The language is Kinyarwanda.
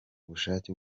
ubushake